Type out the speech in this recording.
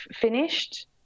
finished